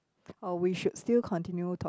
or we should still continue talk